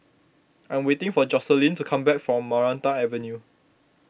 I am waiting for Joselyn to come back from Maranta Avenue